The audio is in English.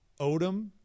Odom